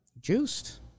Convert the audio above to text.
Juiced